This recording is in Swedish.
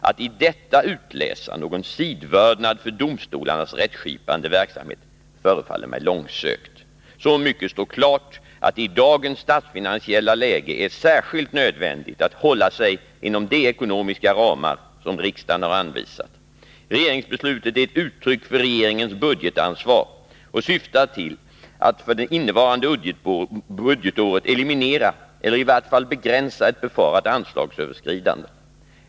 Att i detta utläsa någon sidovördnad för domstolarnas rättskipande verksamhet förefaller mig långsökt. Så mycket står klart att det i dagens statsfinansiella läge är särskilt nödvändigt att hålla sig inom de ekonomiska ramar som riksdagen har anvisat. Regeringsbeslutet är ett uttryck för regeringens budgetansvar och syftar till att för det innevarande budgetåret eliminiera eller i vart fall begränsa ett befarat anslagsöverskridande.